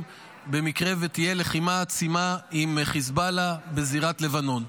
במקרה שתהיה לחימה עצימה עם חיזבאללה בזירת לבנון.